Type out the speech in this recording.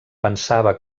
pensava